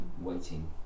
waiting